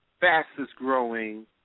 fastest-growing